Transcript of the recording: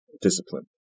discipline